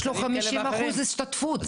יש לו חמישים אחוז השתתפות.